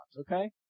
okay